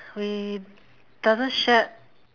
we doesn't shared